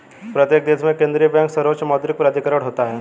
प्रत्येक देश में केंद्रीय बैंक सर्वोच्च मौद्रिक प्राधिकरण होता है